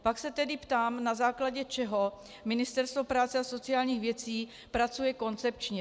Pak se tedy ptám, na základě čeho Ministerstvo práce a sociálních věcí pracuje koncepčně.